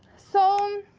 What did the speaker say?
so